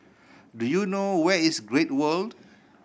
do you know where is Great World